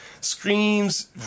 screams